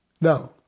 Now